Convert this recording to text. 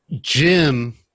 Jim